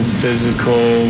physical